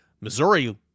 Missouri